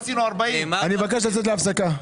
הרב גפני, אני מבקש לצאת להפסקה.